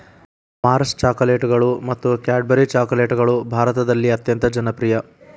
Mars ಚಾಕೊಲೇಟ್ಗಳು ಮತ್ತು Cadbury ಚಾಕೊಲೇಟ್ಗಳು ಭಾರತದಲ್ಲಿ ಅತ್ಯಂತ ಜನಪ್ರಿಯ